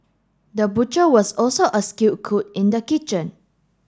the butcher was also a skilled cook in the kitchen